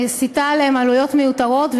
משיתה עליהם עלויות מיותרות,